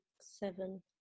seven